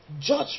judge